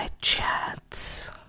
Chats